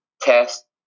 test